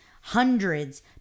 hundreds